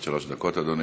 עד שלוש דקות, אדוני.